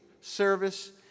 service